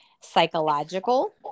psychological